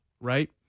right